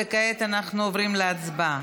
כעת אנחנו עוברים להצבעה,